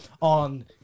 on